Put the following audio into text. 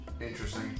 interesting